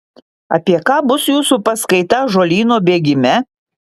apie ką bus jūsų paskaita ąžuolyno bėgime